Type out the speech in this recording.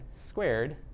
squared